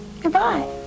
Goodbye